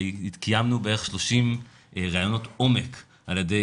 קיימנו בערך 30 ראיונות עומק על ידי